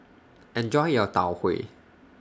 Enjoy your Tau Huay